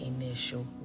initial